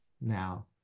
Now